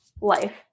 life